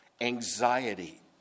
anxiety